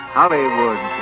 Hollywood